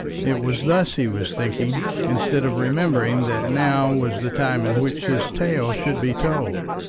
it was thus he was thinking instead of remembering that now was the time in which his tale should be told.